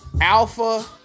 Alpha